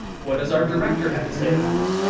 what does our director have to say about it?